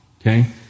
okay